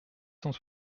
cent